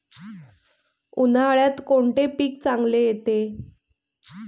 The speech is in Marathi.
उन्हाळ्यात कोणते पीक चांगले येते?